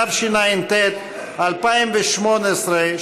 התשע"ט 2018,